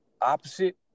Opposite